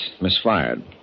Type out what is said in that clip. misfired